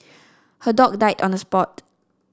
her dog died on the spot